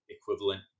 equivalent